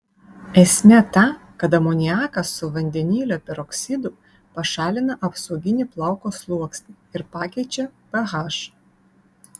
esmė ta kad amoniakas su vandenilio peroksidu pašalina apsauginį plauko sluoksnį ir pakeičia ph